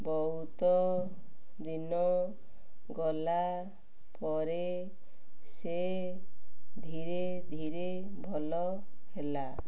ବହୁତ ଦିନ ଗଲା ପରେ ସେ ଧୀରେ ଧୀରେ ଭଲ ହେଲା